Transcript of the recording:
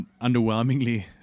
underwhelmingly